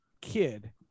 kid